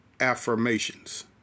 affirmations